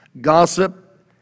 Gossip